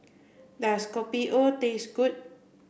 does Kopi O taste good